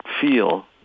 feel